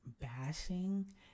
bashing